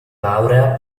laurea